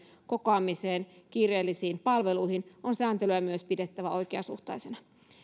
kokoamiseen kiireellisiin palveluihin on sääntelyä myös pidettävä oikeasuhtaisena